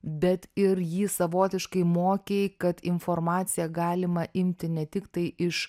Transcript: bet ir jį savotiškai mokei kad informaciją galima imti ne tiktai iš